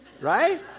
Right